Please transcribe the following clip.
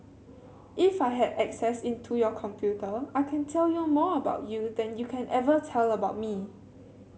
if I had access into your computer I can tell you more about you than you can ever tell about me